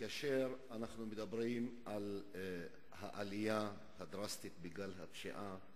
כאשר אנחנו מדברים על העלייה הדרסטית בגל הפשיעה,